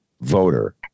voter